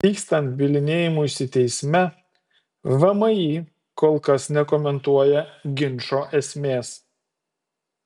vykstant bylinėjimuisi teisme vmi kol kas nekomentuoja ginčo esmės